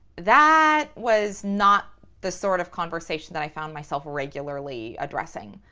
that was not the sort of conversation that i found myself regularly addressing.